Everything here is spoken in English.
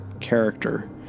character